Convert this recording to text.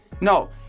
No